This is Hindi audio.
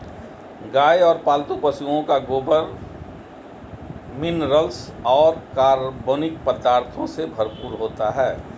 गाय और पालतू पशुओं का गोबर मिनरल्स और कार्बनिक पदार्थों से भरपूर होता है